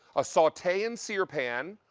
ah saute and sear pan,